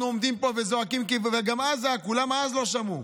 אנחנו עומדים פה וזועקים כולם וגם אז לא שמעו.